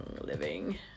living